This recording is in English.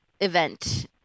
event